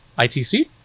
ITC